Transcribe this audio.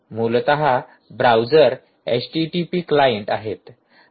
मूलत browser HTTP client आहेत